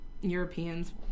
Europeans